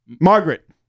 Margaret